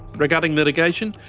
regarding litigation?